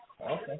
Okay